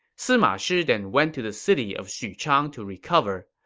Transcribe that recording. sima shi then went to the city of xuchang to recover,